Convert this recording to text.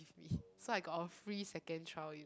give me so I got a free second trial you know